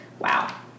Wow